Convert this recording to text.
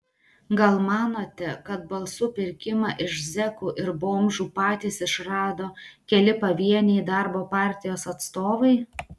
gal manote kad balsų pirkimą iš zekų ir bomžų patys išrado keli pavieniai darbo partijos atstovai